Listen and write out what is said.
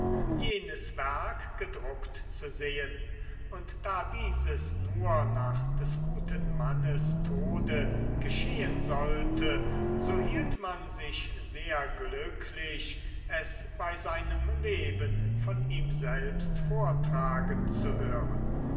jenes werk gedruckt zu sehen und da dieses nur nach des guten mannes tode geschehen sollte so hielt man sich sehr glücklich es bei seinem leben von ihm selbst vortragen zu hören